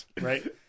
Right